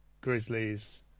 Grizzlies